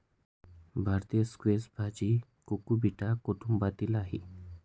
भारतीय स्क्वॅश भाजी कुकुबिटा कुटुंबातील आहे